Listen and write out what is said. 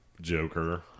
Joker